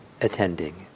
attending